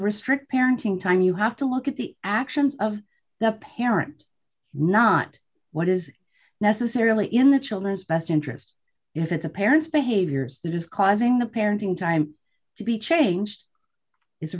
restrict parenting time you have to look at the actions of the parent not what is necessarily in the children's best interest if it's a parent's behaviors that is causing the parenting time to be changed is a